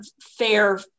fair